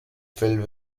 filled